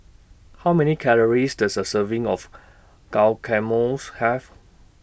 How Many Calories Does A Serving of Guacamoles Have